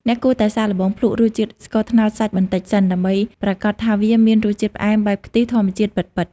អ្នកគួរតែសាកល្បងភ្លក់រសជាតិស្ករត្នោតសាច់បន្តិចសិន ដើម្បីប្រាកដថាវាមានរសជាតិផ្អែមបែបខ្ទិះធម្មជាតិពិតៗ។